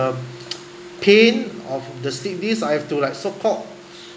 um pain of the slipped disc I have to like so called